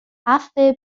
عفو